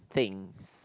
thinks